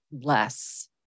less